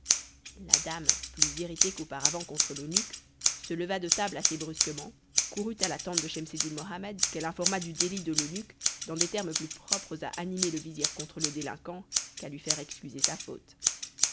la dame plus irritée qu'auparavant contre l'eunuque se leva de table assez brusquement courut à la tente de schemseddin mohammed qu'elle informa du délit de l'eunuque dans des termes plus propres à animer le vizir contre le délinquant qu'à lui faire excuser sa faute